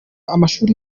amashuri